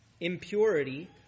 impurity